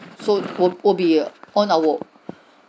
so would would be on our